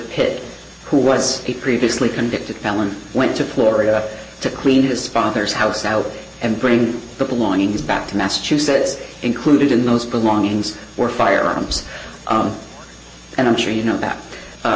pitt who was previously convicted felon went to florida to clean his father's house out and bring the belongings back to massachusetts included in those belongings were firearms and i'm sure you know that